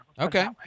Okay